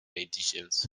editions